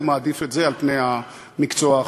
הוא מעדיף את זה על פני המקצוע האחר.